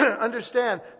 understand